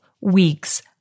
weeks